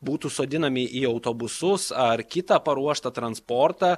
būtų sodinami į autobusus ar kitą paruoštą transportą